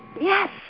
Yes